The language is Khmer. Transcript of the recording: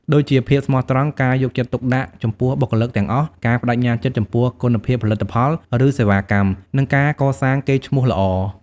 ដូចជា ភាពស្មោះត្រង់ ការយកចិត្តទុកដាក់ចំពោះបុគ្គលិកទាំងអស់ ការប្តេជ្ញាចិត្តចំពោះគុណភាពផលិតផល ឬសេវាកម្ម និងការកសាងកេរ្តិ៍ឈ្មោះល្អ។